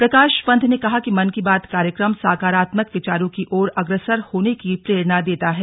प्रकाश पंत ने कहा कि मन की बात कार्यक्रम सकारात्मक विचारों की ओर अग्रसर होने की प्रेरणा देता है